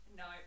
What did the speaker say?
no